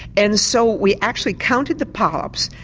and so we actually counted the polyps,